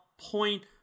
point